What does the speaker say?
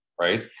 right